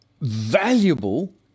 valuable